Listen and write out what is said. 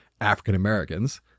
African-Americans